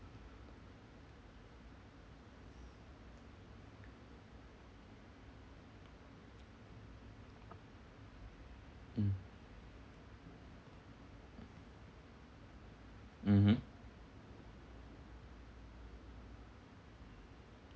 mm mmhmm